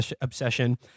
obsession